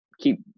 keep